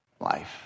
life